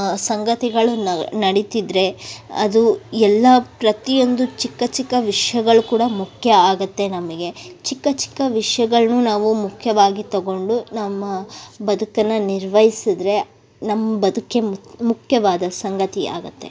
ಸಂಗತಿಗಳು ನಡಿತಿದ್ದರೆ ಅದು ಎಲ್ಲ ಪ್ರತಿಯೊಂದು ಚಿಕ್ಕ ಚಿಕ್ಕ ವಿಷ್ಯಗಳೂ ಕೂಡ ಮುಖ್ಯ ಆಗುತ್ತೆ ನಮಗೆ ಚಿಕ್ಕ ಚಿಕ್ಕ ವಿಷ್ಯಗಳ್ನೂ ನಾವು ಮುಖ್ಯವಾಗಿ ತೊಗೊಂಡು ನಮ್ಮ ಬದುಕನ್ನು ನಿರ್ವಯ್ಸಿದ್ರೆ ನಮ್ಮ ಬದುಕೇ ಮುಖ್ಯ ಮುಖ್ಯವಾದ ಸಂಗತಿ ಆಗುತ್ತೆ